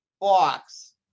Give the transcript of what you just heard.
box